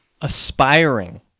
Aspiring